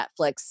Netflix